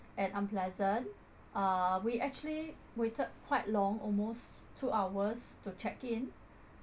and unpleasant uh we actually waited quite long almost two hours to check in